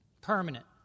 permanent